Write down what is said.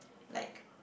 like